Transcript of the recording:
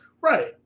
Right